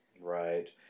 Right